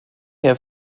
have